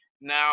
now